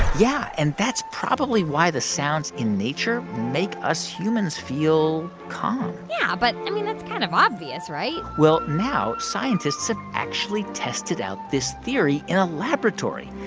yeah, and that's probably why the sounds in nature make us humans feel calm yeah, but, i mean, that's kind of obvious, right? well, now scientists have actually tested out this theory in a laboratory.